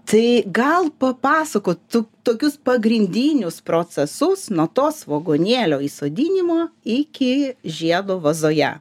tai gal papasakot tu tokius pagrindinius procesus nuo to svogūnėlio įsodinimo iki žiedo vazoje